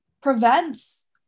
prevents